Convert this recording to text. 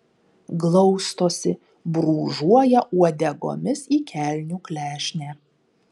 glaustosi brūžuoja uodegomis į kelnių klešnę